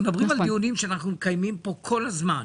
מדברים על דיונים שאנחנו מקיימים פה כל הזמן,